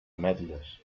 ametlles